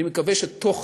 אני מקווה שבתוך